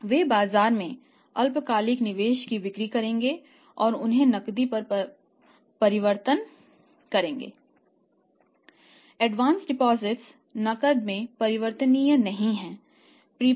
वे बाजार में अल्पकालिक निवेश की बिक्री करेंगे और उन्हें नकदी में परिवर्तित करेंगे